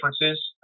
differences